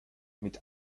mit